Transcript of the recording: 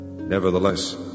Nevertheless